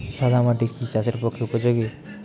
সাদা মাটি কি চাষের পক্ষে উপযোগী?